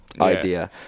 idea